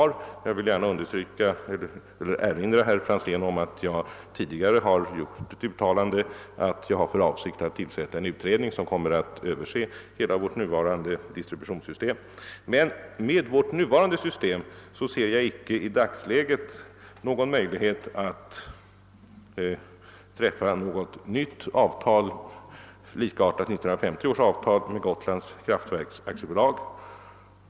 Jag vill gärna erinra herr Franzén om att jag tidigare har gjort ett uttalande om att jag har för avsikt att tillsätta en utredning för översyn av hela vårt nuvarande «distributionssystem. Men med det distributionssystem vi har tror jag ej att det i dagsläget finns förutsättningar att träffa något nytt avtal, likartat med 1950 års avtal med Gotlands kraftverks AB.